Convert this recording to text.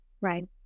right